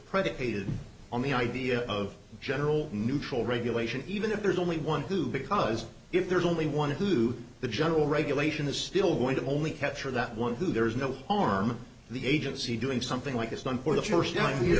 predicated on the idea of general neutral regulation even if there's only one who because if there's only one who the general regulation is still going to only capture that one who there is no harm the agency doing something like this one for the church down here